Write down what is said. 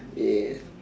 yeah